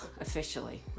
officially